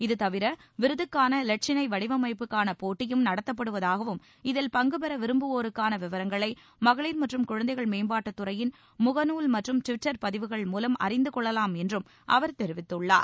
இதுதவிர விருதுக்கான இலட்சினை வடிவமைப்புக்கான போட்டியும் நடத்தப்படுவதாகவும் இதில் பங்கு பெற விரும்புவோருக்கான விவரங்களை மகளிர் மற்றும் குழந்தைகள் மேம்பாட்டுத் துறையின் முகநூல் மற்றும் டுவிட்டர் பதிவுகள் மூலம் அறிந்து கொள்ளலாம் என்றும் அவர் தெரிவித்துள்ளார்